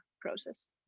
process